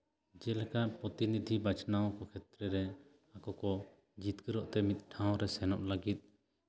ᱡᱮᱞᱮᱠᱟ ᱯᱨᱚᱛᱤᱱᱤᱫᱷᱤ ᱵᱟᱪᱷᱱᱟᱣ ᱠᱷᱮᱛᱨᱮ ᱨᱮ ᱟᱠᱚ ᱠᱚ ᱡᱤᱛᱠᱟᱹᱨᱚᱜ ᱛᱮ ᱢᱤᱫ ᱴᱷᱟᱶ ᱨᱮ ᱥᱮᱱᱚᱜ ᱞᱟᱹᱜᱤᱫ